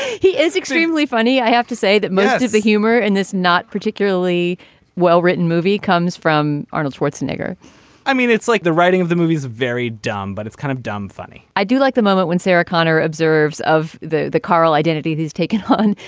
he is extremely funny. i have to say that most of the humor in this not particularly well-written movie comes from arnold schwarzenegger i mean it's like the writing of the movie is very dumb but it's kind of dumb funny i do like the moment when sarah connor observes of the the coral identity he's taken on.